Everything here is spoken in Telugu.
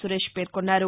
సురేష్ పేర్కొన్నారు